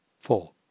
Four